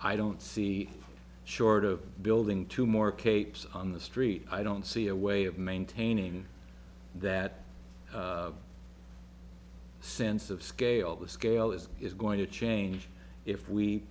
i don't see short of building two more capes on the street i don't see a way of maintaining that sense of scale the scale is is going to change if we